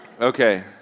Okay